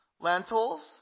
Lentils